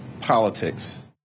politics